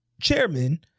chairman